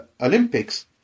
Olympics